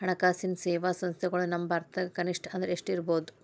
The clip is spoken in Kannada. ಹಣ್ಕಾಸಿನ್ ಸೇವಾ ಸಂಸ್ಥೆಗಳು ನಮ್ಮ ಭಾರತದಾಗ ಕನಿಷ್ಠ ಅಂದ್ರ ಎಷ್ಟ್ ಇರ್ಬಹುದು?